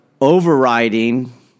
overriding